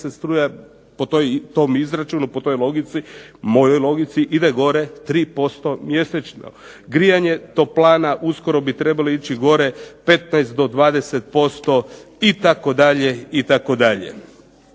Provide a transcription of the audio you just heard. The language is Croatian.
struja je, po tom izračunu, po toj logici, mojoj logici ide gore 3% mjesečno. Grijanje, toplana, uskoro bi trebali ići gore 15 do 20% itd. Ono